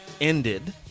ended